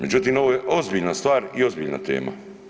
Međutim, ovo je ozbiljna stvar i ozbiljna tema.